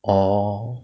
orh